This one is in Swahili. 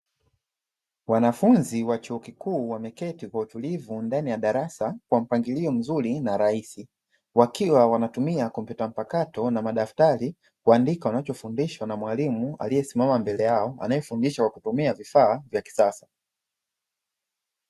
Wanafunzi wa chuo kikuu wameketi kwa utulivu ndani ya darasa kwa mpangilio mzuri na rahisi, wakiwa wanatumia kompyuta mpakato na madftari kuandika wanachofundishwa na mwalimu aliyesimama mbele yao anayefundisha kwa kutumia vifaa vya kisasa.